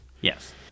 Yes